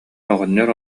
оҕонньор